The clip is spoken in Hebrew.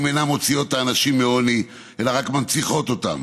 אינן מוציאות את האנשים מעוני אלא רק מנציחות אותו,